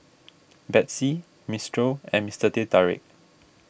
Betsy Mistral and Mister Teh Tarik